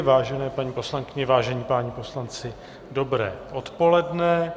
Vážené paní poslankyně, vážení páni poslanci, dobré odpoledne.